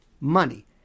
money